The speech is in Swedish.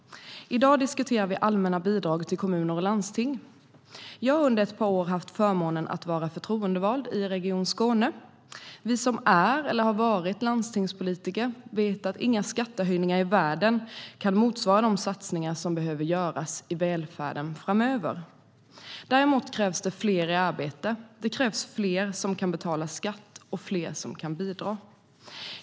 I dag diskuterar vi allmänna bidrag till kommuner och landsting. Jag har under ett par år haft förmånen att vara förtroendevald i Region Skåne. Vi som är eller har varit landstingspolitiker vet att inga skattehöjningar i världen kan motsvara de satsningar som behöver göras i välfärden framöver. Däremot krävs det fler i arbete, det krävs fler som kan betala skatt och fler som kan bidra.